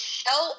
show